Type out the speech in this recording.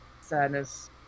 Sadness